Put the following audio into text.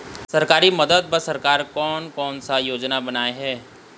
सरकारी मदद बर सरकार कोन कौन सा योजना बनाए हे?